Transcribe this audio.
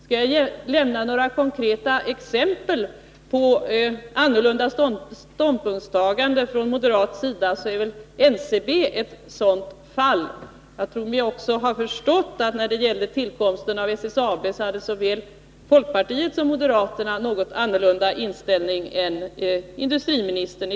Om jag skall nämna ett konkret exempel på avvikande ståndpunktstaganden från moderat sida, kan väl NCB nämnas. Jag tror mig också ha förstått att när det gäller tillkomsten av SSAB hade såväl folkpartiet som moderaterna en något annan inställning än industriministern.